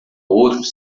outros